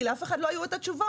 כי לאף אחד לא היו את התשובות.